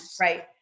right